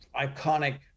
iconic